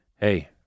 hey